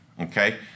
Okay